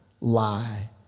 lie